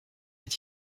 est